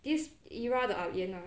this era the ah lian ah